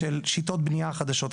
של שיטות בנייה חדשות,